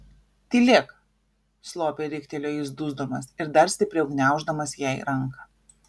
tylėk slopiai riktelėjo jis dusdamas ir dar stipriau gniauždamas jai ranką